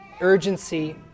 urgency